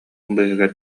быыһыгар